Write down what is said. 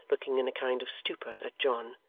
looking in a kind of stupor at john.